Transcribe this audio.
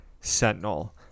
Sentinel